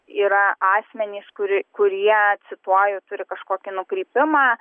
yra asmenys kuri kurie cituoju turi kažkokį nukrypimą